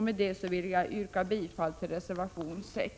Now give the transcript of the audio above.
Med detta vill jag yrka bifall till reservation 6.